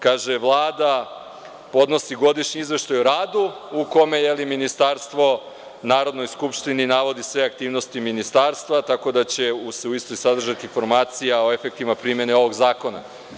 Kaže – Vlada podnosi godišnji izveštaj o radu u kome ministarstvo Narodnoj skupštini navodi sve aktivnosti ministarstva, tako da će se u istoj sadržati formacija o efektima primene ovog zakona.